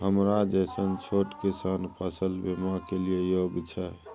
हमरा जैसन छोट किसान फसल बीमा के लिए योग्य छै?